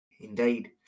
indeed